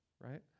right